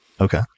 Okay